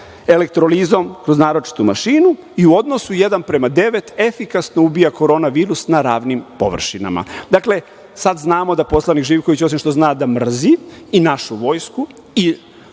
elektrolizom kroz naročitu mašinu i u odnosu jedan prema devet efikasno ubija Korona virus na ravnim površinama. Dakle, sad znamo da poslanik Živković, osim što zna da mrzi i našu Vojsku i